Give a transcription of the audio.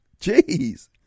Jeez